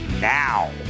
now